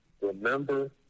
remember